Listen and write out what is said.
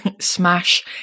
smash